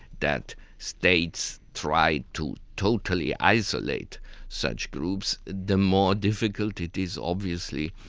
that states try to totally isolate such groups, the more difficult it is obviously.